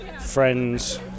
friends